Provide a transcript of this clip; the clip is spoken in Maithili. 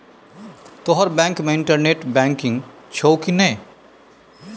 तोहर बैंक मे इंटरनेट बैंकिंग छौ कि नै